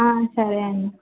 సరే అండీ